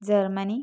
Germany